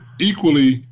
equally